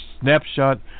snapshot